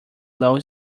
low